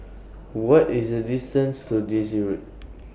What IS The distance to Daisy Road